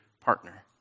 partner